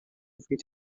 every